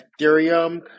Ethereum